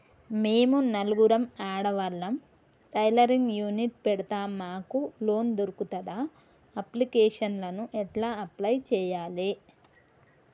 మేము నలుగురం ఆడవాళ్ళం టైలరింగ్ యూనిట్ పెడతం మాకు లోన్ దొర్కుతదా? అప్లికేషన్లను ఎట్ల అప్లయ్ చేయాలే?